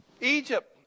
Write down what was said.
Egypt